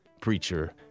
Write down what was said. preacher